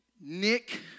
Nick